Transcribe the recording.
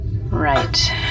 right